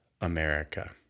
America